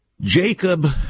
Jacob